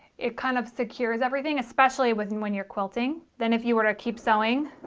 it kind of secures everything especially with and when you're quilting then if you were to keep sewing